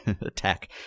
attack